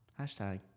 Hashtag